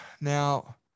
Now